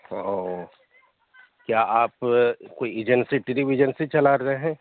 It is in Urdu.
او کیا آپ کوئی ایجنسی ٹریویجنسی چلا رہے ہیں